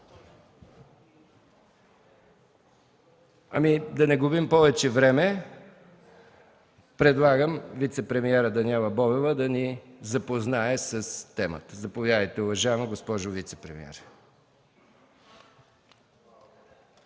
Да не губим повече време – предлагам вицепремиерът Даниела Бобева да ни запознае с темата. Заповядайте, уважаема госпожо вицепремиер.